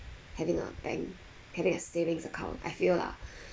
having a bank having a savings account I feel lah